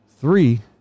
three